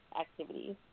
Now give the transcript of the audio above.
activities